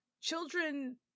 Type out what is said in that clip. Children